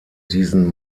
diesen